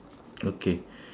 okay